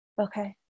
okay